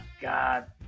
God